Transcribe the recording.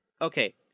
okay